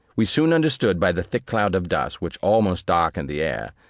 we soon understood by the thick cloud of dust, which almost darkened the air,